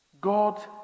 God